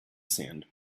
sand